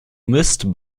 mist